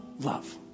love